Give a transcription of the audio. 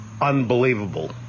unbelievable